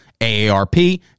AARP